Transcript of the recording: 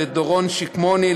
לדורון שקמוני,